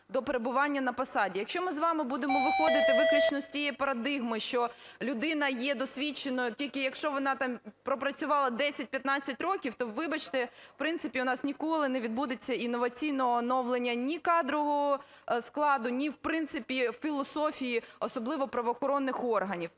до перебування на посаді. Якщо ми з вами будемо виходити виключно з тієї парадигми, що людина є досвідченою, тільки якщо вона там пропрацювала 10-15 років, то, вибачте, в принципі, у нас ніколи не відбудеться інноваційного оновлення ні кадрового складу, ні в принципі в філософії, особливо правоохоронних органів.